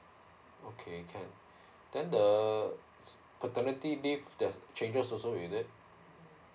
okay can then the uh paternity leave there're changes also is it